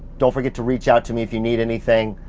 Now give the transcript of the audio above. don't forget to reach out to me if you need anything.